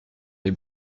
les